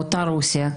מאותה רוסיה.